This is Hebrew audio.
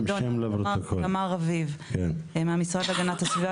תמר רביב מהמשרד להגנת הסביבה,